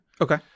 Okay